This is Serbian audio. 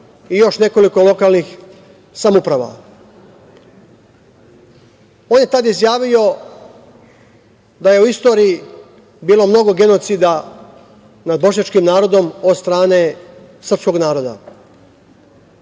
i još nekoliko lokalnih samouprava. On je tada izjavio da je u istoriji bilo mnogo genocida nad bošnjačkim narodom od strane srpskog naroda. Drugo,